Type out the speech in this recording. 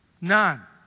None